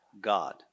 God